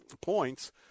points